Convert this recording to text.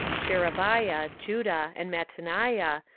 sherebiah, judah, and mattaniah,